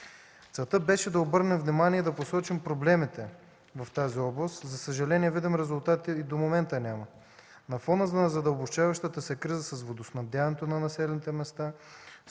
Целта беше да обърнем внимание и да посочим проблемите в тази област. За съжаление, видим резултат и до момента няма. На фона на задълбочаващата се криза с водоснабдяването на населените места,